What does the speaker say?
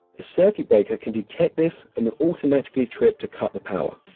the circuit breaker can detect this and will automatically trip to cut the power.